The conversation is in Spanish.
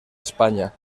españa